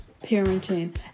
parenting